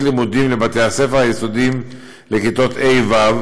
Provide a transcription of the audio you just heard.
לימודים לבתי-הספר היסודיים לכיתות ה'-ו'